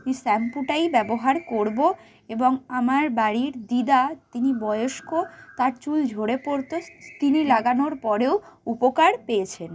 শ্যাম্পুটাই ব্যবহার করবো এবং আমার বাড়ির দিদা তিনি বয়েস্ক তার চুল ঝরে পড়তো তিনি লাগানোর পরেও উপকার পেয়েছেন